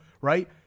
right